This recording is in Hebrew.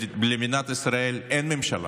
שלמדינת ישראל אין ממשלה.